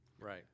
Right